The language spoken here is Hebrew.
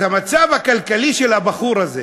אז המצב הכלכלי של הבחור הזה